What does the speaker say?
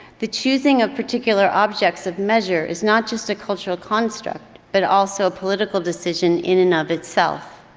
the choosing of particular objects of measure is not just a cultural construct but also a political decision in and of itself.